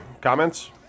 comments